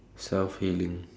self healing